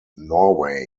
norway